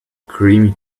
creamy